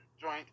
joint